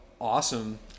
awesome